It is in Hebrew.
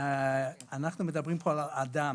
שאנחנו מדברים פה על אדם,